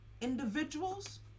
individuals